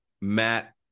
Matt